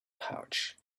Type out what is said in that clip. pouch